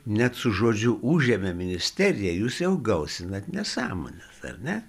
net su žodžiu užėmė ministeriją jūs jau gausinat nesąmones ar ne